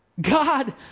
God